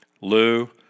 Lou